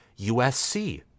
USC